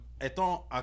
Étant